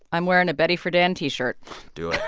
i'm wearing a betty friedan t-shirt do it